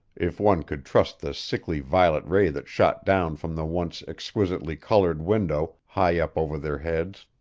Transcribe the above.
if one could trust the sickly violet ray that shot down from the once exquisitely colored window high up over their heads.